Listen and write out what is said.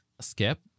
Skip